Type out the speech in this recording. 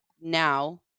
now